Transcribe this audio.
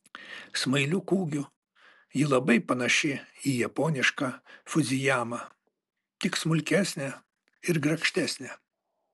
smailiu kūgiu ji labai panaši į japonišką fudzijamą tik smulkesnę ir grakštesnę